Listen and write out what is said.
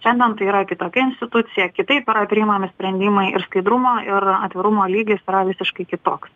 šiandien tai yra kitokia institucija kitaip yra priimami sprendimai ir skaidrumo ir atvirumo lygis yra visiškai kitoks